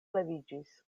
leviĝis